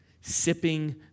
sipping